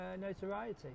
notoriety